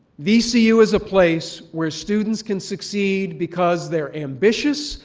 vcu is a place where students can succeed because they're ambitious,